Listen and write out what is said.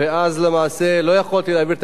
ואז למעשה לא יכולתי להעביר תקציב,